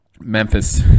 Memphis